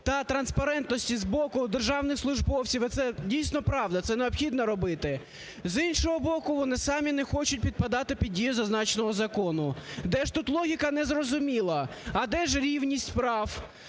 та транспарентності з боку державних службовців. І це, дійсно, правда, це необхідно робити. З іншого боку, вони самі не хочуть підпадати під дію зазначеного закону. Де ж тут логіка, не зрозуміло. А де ж рівність прав